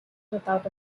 without